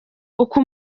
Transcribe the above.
uko